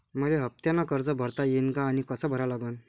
मले हफ्त्यानं कर्ज भरता येईन का आनी कस भरा लागन?